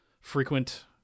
Frequent